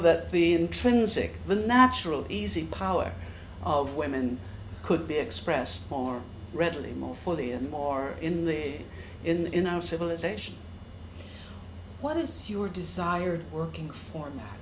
that the intrinsic the natural easy power of women could be expressed more readily more fully and more in the in in our civilization what is your desired working for